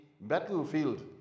battlefield